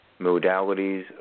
modalities